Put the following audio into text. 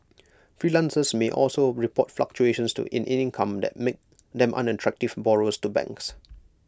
freelancers may also report fluctuations to in income that make them unattractive borrowers to banks